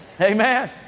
amen